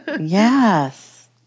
Yes